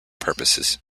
purposes